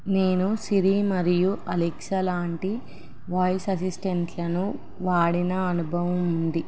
నేను సిరి మరియు అలెక్సా లాంటి వాయిస్ అసిస్టెంట్లను వాడిన అనుభవం ఉంది